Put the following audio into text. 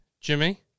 Jimmy